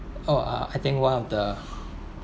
oh uh I think one of the